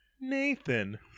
Nathan